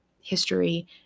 history